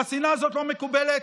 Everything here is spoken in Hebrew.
והשנאה הזאת לא מקובלת.